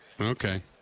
Okay